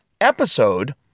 episode